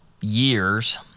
years